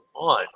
on